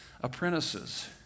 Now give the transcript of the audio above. apprentices